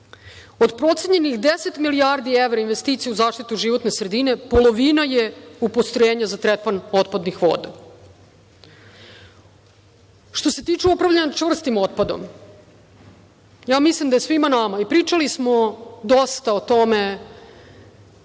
procenjenih 10 milijardi evra investicija u zaštitu životne sredine, polovina je u postrojenja za tretman otpadnih voda. Što se tiče upravljanja čvrstim otpadom, ja mislim da svima nama, i pričali smo dosta o tome